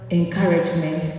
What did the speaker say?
encouragement